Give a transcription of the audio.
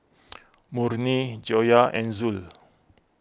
Murni Joyah and Zul